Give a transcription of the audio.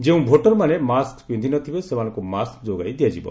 ଯେଉଁ ଭୋଟରମାନେ ମାସ୍କ୍ ପିନ୍ଧିନଥିବେ ସେମାନଙ୍କୁ ମାସ୍କ୍ ଯୋଗାଇ ଦିଆଯିବ